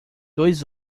dois